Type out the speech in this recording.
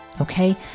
okay